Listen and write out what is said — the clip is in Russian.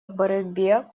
борьбе